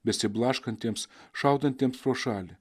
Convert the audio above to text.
besiblaškantiems šaudantiems pro šalį